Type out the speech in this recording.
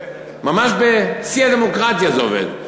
ממש בשיא הדמוקרטיה זה עובד.